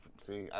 see